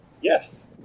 yes